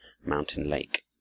mountain-lake